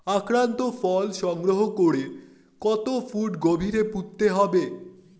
আক্রান্ত ফল সংগ্রহ করে কত ফুট গভীরে পুঁততে হবে?